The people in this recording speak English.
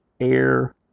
air